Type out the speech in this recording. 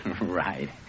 Right